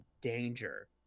danger